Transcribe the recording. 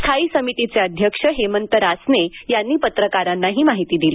स्थाई समितीचे अध्यक्ष हेमंत रासने यांनी पत्रकारांना ही माहिती दिली